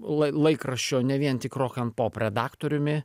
lai laikraščio ne vien tik rok and pop redaktoriumi